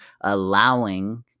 allowing